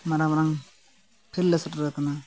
ᱢᱟᱨᱟᱝ ᱢᱟᱨᱟᱝ ᱯᱷᱤᱞᱰ ᱞᱮ ᱥᱮᱴᱮᱨ ᱟᱠᱟᱱᱟ